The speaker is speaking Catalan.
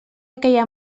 aquella